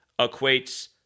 equates